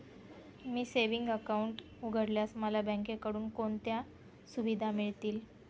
मी savings account उघडल्यास मला बँकेकडून कोणत्या सुविधा मिळतील?